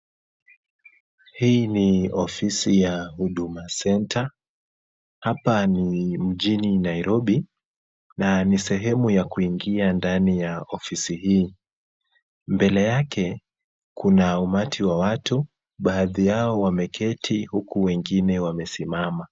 Hii ni ofisi ya Huduma centre. Hapa ni mjini Nairobi na ni sehemu ya kuingia ndani ya ofisi hii. Mbele yake kuna umati wa watu, baadhi yao wameketi huku wengine wamesimama.